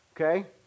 okay